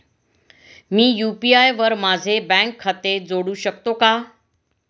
मी UPI वर माझे bank खाते जोडू शकतो का?